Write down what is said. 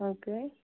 okay